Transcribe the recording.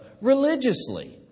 Religiously